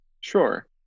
Sure